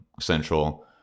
Central